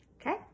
Okay